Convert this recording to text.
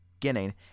beginning